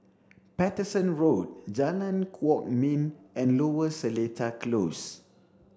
Paterson Road Jalan Kwok Min and Lower Seletar Close